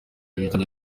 ibijyanye